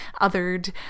othered